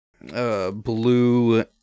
blue